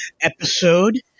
episode